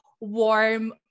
warm